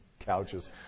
Couches